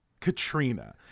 Katrina